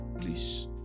Please